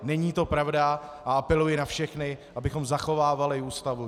Není to pravda a apeluji na všechny, abychom zachovávali Ústavu.